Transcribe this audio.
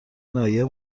ناحیه